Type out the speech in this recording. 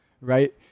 right